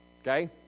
okay